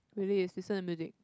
maybe is listen to music